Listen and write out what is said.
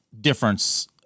difference